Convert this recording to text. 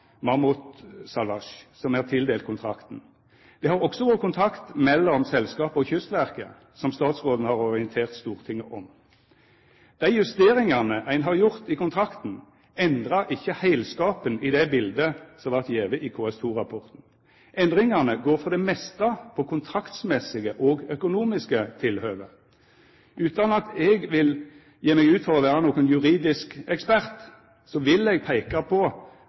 tildelt kontrakten. Det har også vore kontakt mellom selskapet og Kystverket, som statsråden har orientert Stortinget om. Dei justeringane ein har gjort i kontrakten, endrar ikkje heilskapen i det biletet som vart gjeve i KS2-rapporten. Endringane går for det meste på kontraktsmessige og økonomiske tilhøve. Utan at eg vil gje meg ut for å vera nokon juridisk ekspert, vil eg peika på